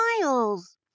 miles